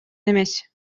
эмес